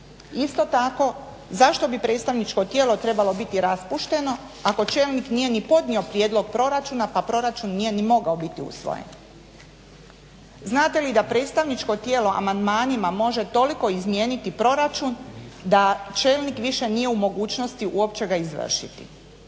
Isto tako, zašto bi predstavničko tijelo trebalo biti raspušteno, ako čelnik nije ni podnio prijedlog proračuna, pa proračun nije ni mogao biti usvojen. Znate li da predstavničko tijelo amandmanima može toliko izmijeniti proračun da čelnik više nije u mogućnosti uopće ga izvršiti.